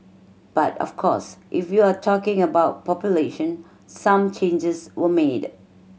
but of course if you're talking about population some changes were made